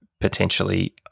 potentially